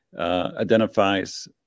identifies